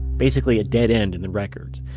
basically a dead end in the records.